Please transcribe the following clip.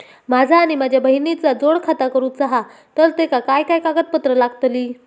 माझा आणि माझ्या बहिणीचा जोड खाता करूचा हा तर तेका काय काय कागदपत्र लागतली?